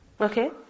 Okay